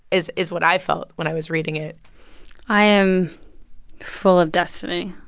is is what i felt when i was reading it i am full of destiny.